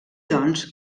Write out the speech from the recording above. doncs